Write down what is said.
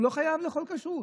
הוא לא חייב לאכול כשר.